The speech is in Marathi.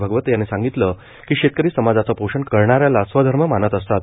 भागवत यांनी सांगितले की शेतकरी समाजाचे पोषण करण्याला स्वधर्म मानत असतात